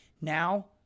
now